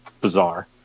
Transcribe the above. bizarre